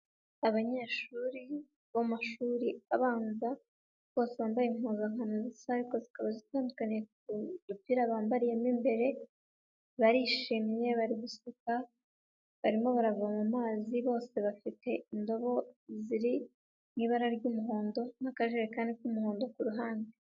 Abanyeshuri bo mumashuri abanza bose bambaye impuzankano zisa ariko zikaba zitandukaniye ku dupira bambariyemo imbere, barishimye bari gusuka barimo baravoma mumazi bose bafite indobo ziri mu ibara ry'umuhondo n'akajerekani k'umuhondo ku ruhande.